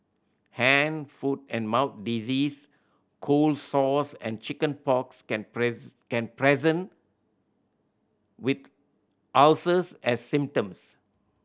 hand foot and mouth disease cold sores and chicken pox can can present with ulcers as symptoms